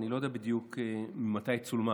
אני לא יודע בדיוק מתי היא צולמה.